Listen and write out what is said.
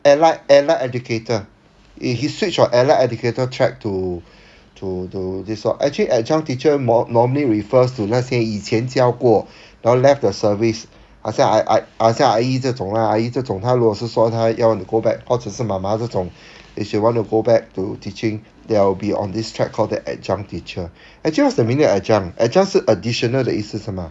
allied allied educator he he switched from allied educator track to to to this sort actually adjunct teacher nor~ normally refers to 那些以前教过 now left the service 好像 ah ah 好像阿姨这种 lah 阿姨这种她如果是说她要 go back 或者是妈妈这种 if you want to go back to teaching they will be on this track called the adjunct teacher actually what's the meaning of adjunct adjunct 是 additional 的意思是吗